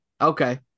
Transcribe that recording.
Okay